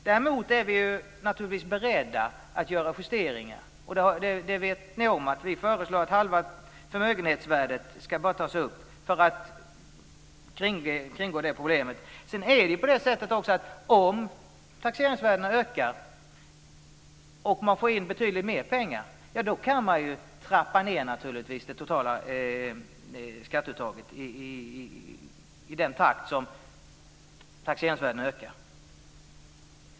Däremot är vi naturligtvis beredda att göra justeringar. Det vet ni om. Vi föreslår att bara halva förmögenhetsvärdet ska tas upp för att kringgå det problemet. Om taxeringsvärdena ökar och man får in betydligt mer pengar kan man naturligtvis trappa ned det totala skatteuttaget i den takt som taxeringsvärdena ökar.